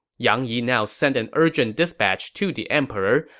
yang yi now sent an urgent dispatch to the emperor,